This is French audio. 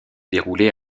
dérouler